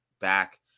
back